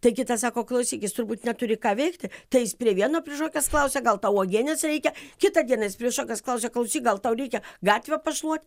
tai kitas sako klausyk jis turbūt neturi ką veikti tai jis prie vieno prišokęs klausia gal tau uogienės reikia kitą dieną jis prišokęs klausia klausyk gal tau reikia gatvę pašluot